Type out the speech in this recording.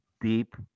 deep